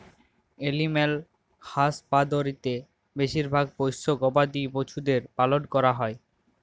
animal হাসবাঁদরিতে বেছিভাগ পোশ্য গবাদি পছুদের পালল ক্যরা হ্যয়